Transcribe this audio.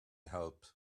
help